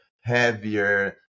heavier